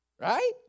Right